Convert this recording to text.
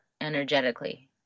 energetically